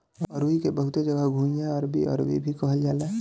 अरुई के बहुते जगह घुइयां, अरबी, अरवी भी कहल जाला